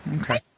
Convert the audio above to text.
Okay